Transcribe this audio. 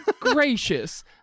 gracious